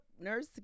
Nurse